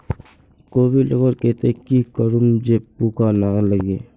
कोबी लगवार केते की करूम जे पूका ना लागे?